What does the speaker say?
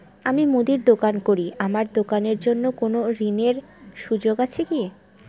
আমি মুদির দোকান করি আমার দোকানের জন্য কোন ঋণের সুযোগ আছে কি?